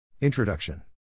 Introduction